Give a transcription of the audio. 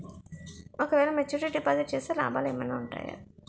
ఓ క వేల maturity deposit చేస్తే లాభాలు ఏమైనా ఉంటాయా?